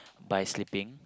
by sleeping